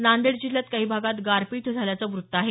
नांदेड जिल्ह्यात काही भागात गारपीट झाल्याचं वृत्त आहे